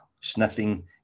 sniffing